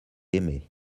aimés